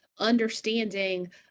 Understanding